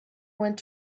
went